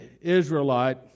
Israelite